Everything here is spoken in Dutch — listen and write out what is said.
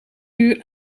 uur